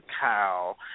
cow